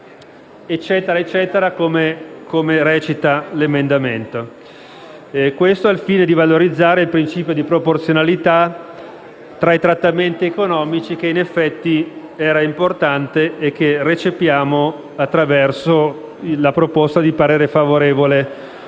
proseguendo poi come recita l'emendamento. Questo al fine di valorizzare il principio di proporzionalità tra i trattamenti economici, che in effetti era importante e che recepiamo esprimendo parere favorevole,